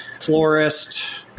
florist